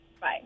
Bye